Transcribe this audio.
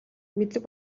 мэдлэг